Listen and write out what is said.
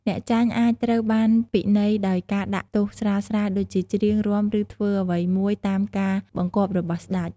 អ្នកចាញ់អាចត្រូវបានពិន័យដោយការដាក់ទោសស្រាលៗ ដូចជាច្រៀង រាំ ឬធ្វើអ្វីមួយតាមការបង្គាប់របស់ស្តេច។